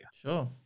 Sure